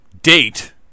date